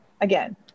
again